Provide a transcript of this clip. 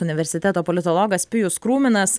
universiteto politologas pijus krūminas